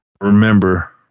remember